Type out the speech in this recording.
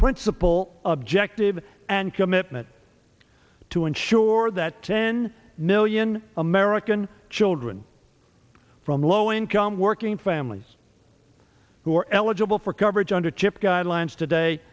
principal objective and commitment to ensure that ten million american children from low income working families who are eligible for coverage under chip guidelines today